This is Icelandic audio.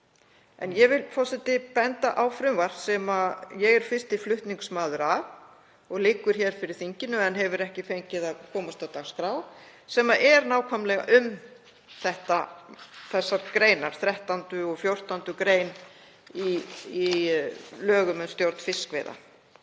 Ég vil, forseti, benda á frumvarp sem ég er fyrsti flutningsmaður að og liggur hér fyrir þinginu en hefur ekki fengið að komast á dagskrá, sem er nákvæmlega um þessar greinar, 13. og 14. gr. í lögum um stjórn fiskveiða.